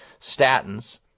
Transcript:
statins